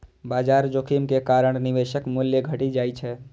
बाजार जोखिम के कारण निवेशक मूल्य घटि जाइ छै